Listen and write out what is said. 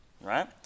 right